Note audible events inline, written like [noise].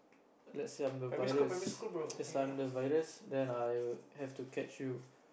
let's say I'm the virus [noise] is like I'm the virus then I have to catch you